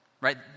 right